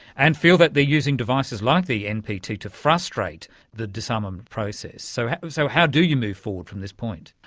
and feel that they are using devices like the npt to to frustrate the disarmament process. so how so how do you move forward from this point?